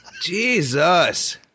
Jesus